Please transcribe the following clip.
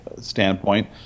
standpoint